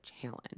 challenge